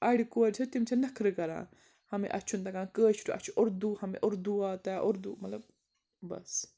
اَڑِ کورِ چھِ تِم چھِ نَکھرٕ کَران ہمیں اَسہِ چھُنہٕ تَگان کٲشُر اَسہِ چھُ اُردو ہمیں اُردو آتا ہے اُردو مطلب بَس